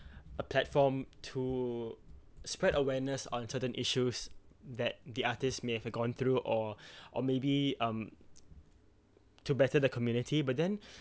a platform to spread awareness on certain issues that the artist may have gone through or or maybe um to better the community but then